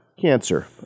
Cancer